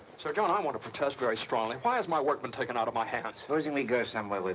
sir john, i want to protest very strongly. why has my work been taken out of my hands? supposing we go somewhere where